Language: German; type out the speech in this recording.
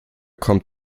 kommt